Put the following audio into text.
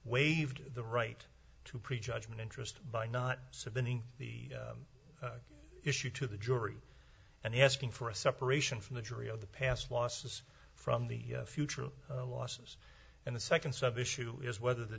waived the right to prejudgment interest by not seventy the issue to the jury and asking for a separation from the jury of the past losses from the future losses and the second sub issue is whether the